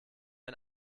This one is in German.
ein